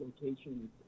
locations